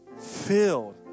Filled